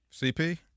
CP